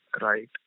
right